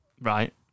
Right